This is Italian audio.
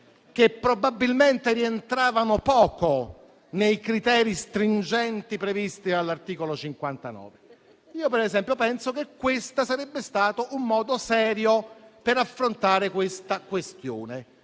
che probabilmente rientravano poco nei criteri stringenti previsti all'articolo 59. Penso che questo sarebbe stato un modo serio per affrontare la questione,